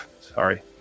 sorry